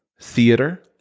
theater